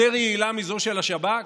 יותר יעילה מזו של השב"כ.